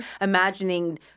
imagining